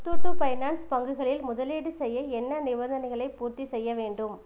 Muthoot finance பங்குகளில் முதலீடு செய்ய என்ன நிபந்தனைகளைப் பூர்த்திசெய்ய வேண்டும்